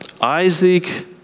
Isaac